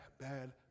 bad